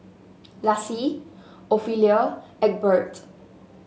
Laci Ophelia Egbert